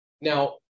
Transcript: Now